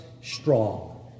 strong